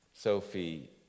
Sophie